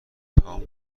تام